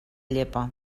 llepa